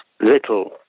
little